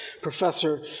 professor